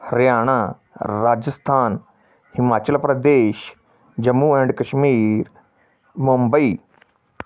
Haryana Rajasthan Himachal Pradesh Jammu and Kashmir Mumbai